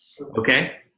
Okay